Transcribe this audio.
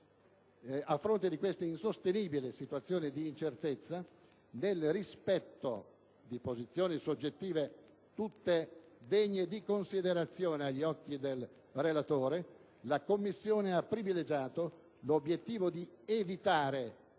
A fronte di questa insostenibile situazione di incertezza, nel rispetto di posizioni soggettive, tutte degne di considerazione agli occhi del relatore, la Commissione ha privilegiato l'obiettivo di evitare